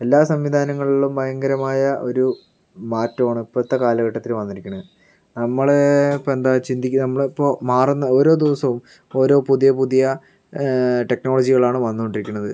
എല്ലാ സംവിധാനങ്ങളിലും ഭയങ്കരമായ ഒരു മാറ്റമാണ് ഇപ്പത്തെ കാലഘട്ടത്തില് വന്നിരിക്കുന്നത് നമ്മള് ഇപ്പം എന്താ ചിന്തിക്കുന്നത് നമ്മളിപ്പോൾ മാറുന്ന ഓരോ ദിവസവും ഓരോ പുതിയ പുതിയ ടെക്നോളജികളാണ് വന്നുകൊണ്ടിരിക്കുകയാണ്